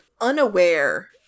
Unaware